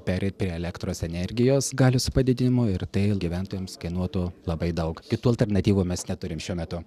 pereiti prie elektros energijos galios padidinimo ir tai gyventojams kainuotų labai daug kitų alternatyvų mes neturim šiuo metu